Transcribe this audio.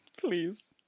Please